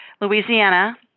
Louisiana